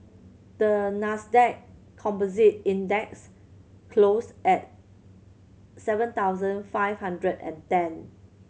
the Nasdaq Composite Index closed at seven thousand five hundred and ten